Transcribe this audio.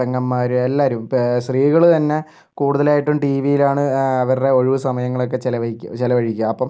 പെങ്ങമ്മാര് എല്ലാവരും ഇപ്പോൾ സ്ത്രീകള് തന്നെ കൂടുതലായിട്ടും ടിവിയിലാണ് അവരുടെ ഒഴിവു സമയങ്ങളൊക്കെ ചിലവഴിക്കുക ചിലവഴിക്കുക അപ്പം